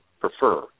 prefer